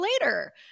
later